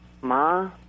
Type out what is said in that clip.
Ma